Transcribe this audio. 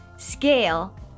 scale